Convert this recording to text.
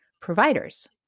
providers